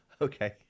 Okay